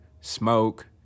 smoke